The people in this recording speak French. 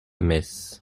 messe